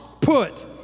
put